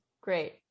great